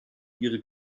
ihre